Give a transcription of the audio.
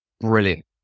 brilliant